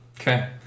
Okay